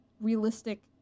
realistic